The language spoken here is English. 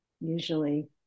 usually